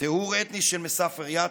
טיהור אתני של מסאפר-יטא,